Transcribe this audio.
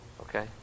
Okay